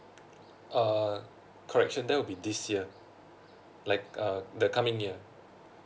uh correction there will be this year like uh the coming year